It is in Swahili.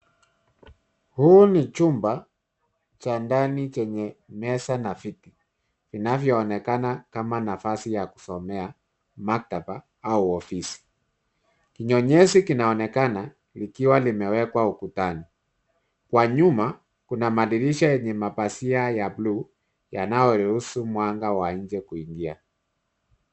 Huu ni chumba cha ndani chenye meza na viti vinavyoonekana kama nafasi ya kusomea, maktaba au ofisi. Kinyonyezi kinaonekana likiwa limewekwa ukutani. Kwa nyuma kuna madirisha yenye mapazia ya buluu yanayoruhusu mwanga kuingia.